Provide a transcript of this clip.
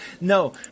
No